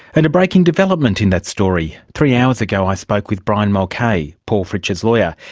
and a breaking development in that story three hours ago i spoke with brian mulcahy, paul fritsch's lawyer.